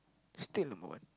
still number one